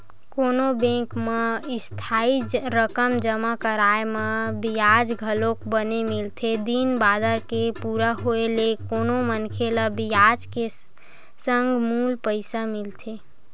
कोनो बेंक म इस्थाई रकम जमा कराय म बियाज घलोक बने मिलथे दिन बादर के पूरा होय ले कोनो मनखे ल बियाज के संग मूल पइसा मिलथे